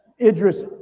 Idris